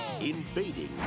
Invading